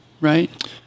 right